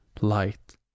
light